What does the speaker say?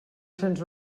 cents